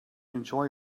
enjoy